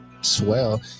swell